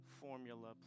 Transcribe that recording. formula